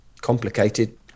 complicated